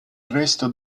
resto